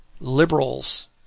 liberals